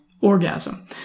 orgasm